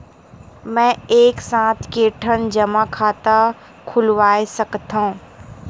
मैं एक साथ के ठन जमा खाता खुलवाय सकथव?